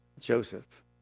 Joseph